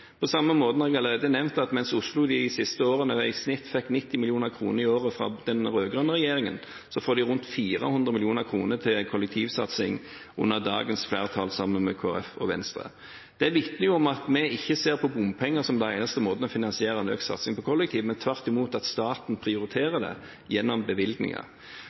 På samme måte har jeg allerede nevnt at mens Oslo de siste årene i snitt fikk 90 mill. kr fra den rød-grønne regjeringen, får de rundt 400 mill. kr til kollektivsatsing under dagens regjering, som har flertall sammen med Kristelig Folkeparti og Venstre. Det vitner jo om at vi ikke ser på bompenger som den eneste måten å finansiere økt kollektivsatsing på, men tvert imot vil at staten prioriterer det gjennom bevilgninger.